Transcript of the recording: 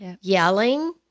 Yelling